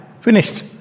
finished